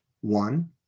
one